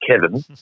Kevin